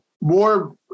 more